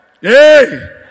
Hey